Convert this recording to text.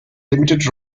limited